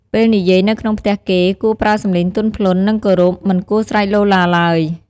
ពេលនិយាយនៅក្នុងផ្ទះគេ គួរប្រើសំឡេងទន់ភ្លន់ និងគោរព មិនគួរស្រែកឡូរឡារឡើយ។